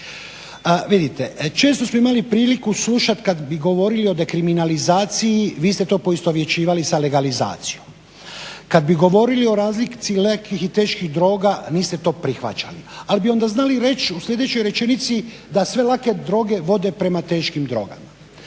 Vidite, često smo imali priliku slušati kad bi govorili o dekriminalizaciji, vi ste to poistovjećivali sa legalizacijom. Kad bi govorili o razlici lakih i teških droga niste to prihvaćali, ali bi onda znali reći u sljedećoj rečenici da sve lake droge vode prema teškim drogama.